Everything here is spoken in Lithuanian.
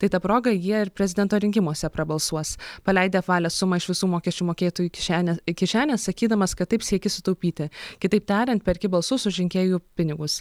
tai ta proga jie ir prezidento rinkimuose prabalsuos paleidę apvalią sumą iš visų mokesčių mokėtojų kišenė kišenės sakydamas kad taip sieki sutaupyti kitaip tariant perki balsus už rinkėjų pinigus